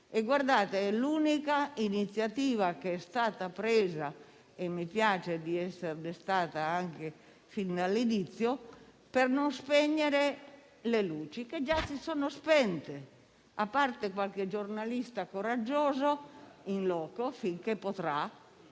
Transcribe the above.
Guardate, è l'unica iniziativa che è stata assunta - e mi piace esserne stata parte fin dall'inizio - per non spegnere le luci, che già si sono spente, a parte qualche giornalista coraggioso che *in loco*, finché potrà